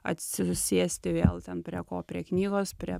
atsisėsti vėl ten prie ko prie knygos prie